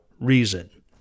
reason